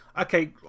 okay